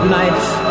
nights